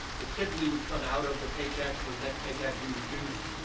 it typically would come out of the paycheck, so the next paycheck would be reduced.